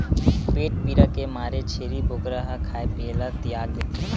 पेट पीरा के मारे छेरी बोकरा ह खाए पिए ल तियाग देथे